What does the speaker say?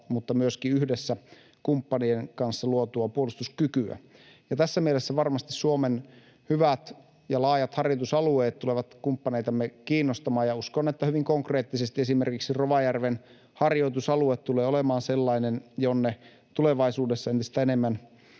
että myöskin yhdessä kumppanien kanssa luotua puolustuskykyä. Tässä mielessä varmasti Suomen hyvät ja laajat harjoitusalueet tulevat kumppaneitamme kiinnostamaan, ja uskon, että hyvin konkreettisesti esimerkiksi Rovajärven harjoitusalue tulee olemaan sellainen, jonne tulevaisuudessa entistä enemmän